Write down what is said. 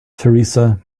teresa